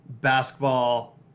basketball